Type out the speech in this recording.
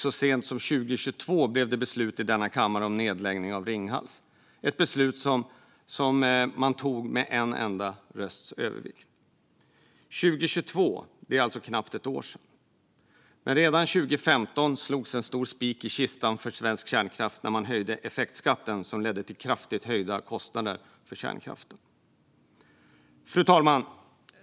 Så sent som 2020 togs beslut i denna kammare om nedläggning av Ringhals, ett beslut som togs med en enda rösts övervikt. Men redan 2015 slogs en stor spik i kistan för svensk kärnkraft när man höjde effektskatten, vilket ledde till kraftigt höjda kostnader för kärnkraften som kraftslag. Fru talman!